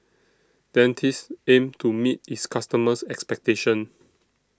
Dentiste aims to meet its customers' expectations